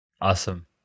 Awesome